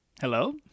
Hello